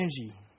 energy